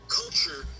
culture